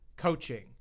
Coaching